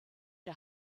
der